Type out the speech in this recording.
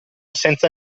senza